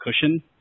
cushion